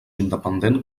independent